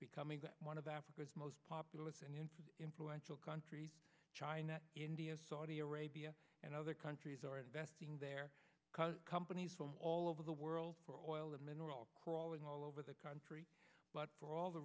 becoming one of africa's most populous and influential countries china india saudi arabia and other countries are investing their companies all over the world for oil and mineral crawling all over the country but for all the